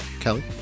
Kelly